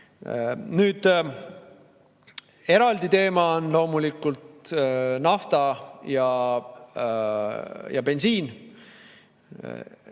eraldi teema on loomulikult nafta ja bensiin.